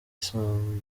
utuma